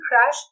crash